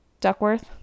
duckworth